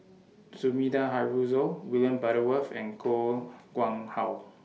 Sumida Haruzo William Butterworth and Koh Nguang How